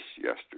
yesterday